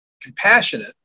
compassionate